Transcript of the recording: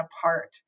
apart